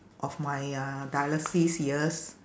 of my uh dialysis years